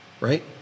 right